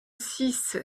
six